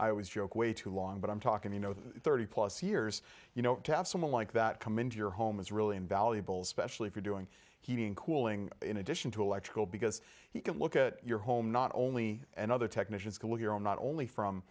i was joke way too long but i'm talking you know the thirty plus years you know to have someone like that come into your home is really invaluable specially if you're doing heating cooling in addition to electrical because he can look at your home not only and other technicians can look your own not only from